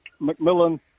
McMillan